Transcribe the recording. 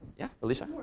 yeah? alicia?